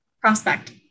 Prospect